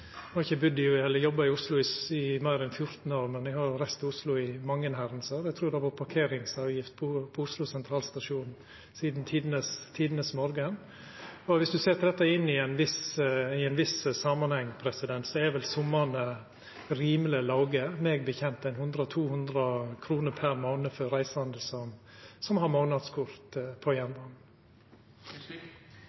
Eg har ikkje budd eller jobba i Oslo i meir enn 14 år, men eg har reist til Oslo i mange herrens år, og eg trur det har vore parkeringsavgift på Oslo sentralstasjon sidan tidenes morgon. Viss ein set dette inn i ein viss samanheng, er summane rimeleg låge – så vidt eg veit, 100–200 kr per månad for reisande som har månadskort på